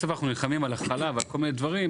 אנחנו נלחמים על החלב ועל כל מיני דברים,